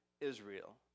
Israel